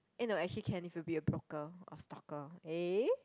eh no actually can be if you be a broker or stalker eh